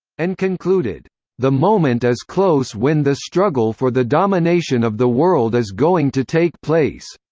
and concluded the moment is close when the struggle for the domination of the world is going to take place.